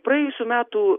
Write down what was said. praėjusių metų